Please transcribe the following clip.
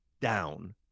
down